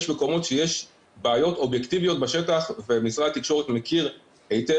יש מקומות שיש בעיות אובייקטיביות בשטח ומשרד התקשורת מכיר היטב,